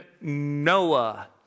Noah